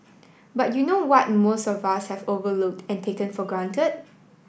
but you know what most of us have overlooked and taken for grant